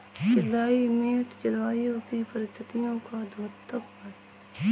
climate जलवायु की परिस्थितियों का द्योतक है